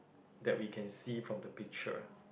that we can see from the picture